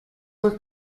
were